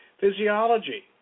physiology